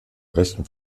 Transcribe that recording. rechten